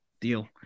deal